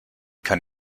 kann